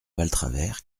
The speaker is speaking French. valtravers